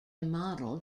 model